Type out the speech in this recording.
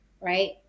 right